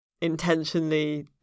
intentionally